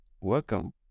welcome